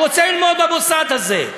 הוא רוצה ללמוד במוסד הזה.